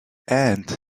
and